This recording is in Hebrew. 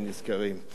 תודה רבה.